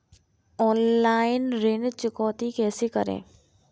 Online ऋण चुकौती कैसे करें?